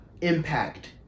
impact